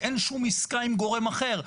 אין שום עסקה עם גורם אחר,